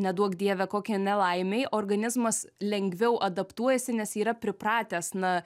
neduok dieve kokiai nelaimei organizmas lengviau adaptuojasi nes yra pripratęs na